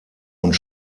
und